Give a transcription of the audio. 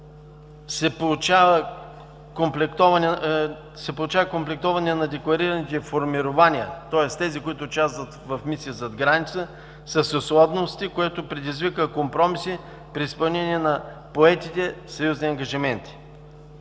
се получава комплектоване на декларираните формирования, тоест тези, които участват в мисия зад граница с условности, което предизвика компромиси при изпълнение на поетите съюзни ангажименти.